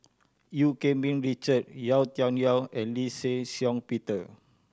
Eu Keng Mun Richard Yau Tian Yau and Lee Shih Shiong Peter